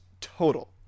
total